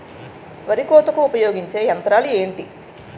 వరి కోతకు వాడే ఉపయోగించే యంత్రాలు ఏంటి?